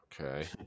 Okay